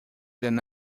than